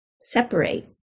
separate